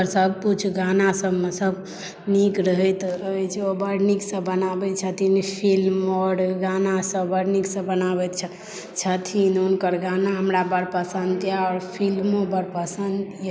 सभ किछु गाना सभमे सभ नीक रहैत अछि ओ बड़सँ बनाबै छथिन फिल्म आओर गाना सभ बड़ नीकसँ बनाबैत छथिन हुनकर गाना हमरा बड़ पसन्द यऽ आओर फिल्मो बड़ पसन्द यऽ